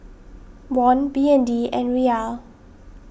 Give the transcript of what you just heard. Won B N D and Riyal